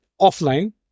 offline